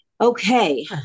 Okay